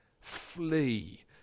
Flee